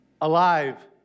alive